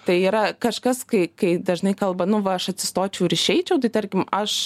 tai yra kažkas kai kai dažnai kalba nu va aš atsistočiau ir išeičiau tai tarkim aš